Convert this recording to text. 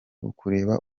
ukureba